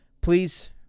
please